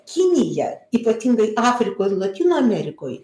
kinija ypatingai afrikoj ir lotynų amerikoj